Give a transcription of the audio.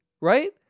right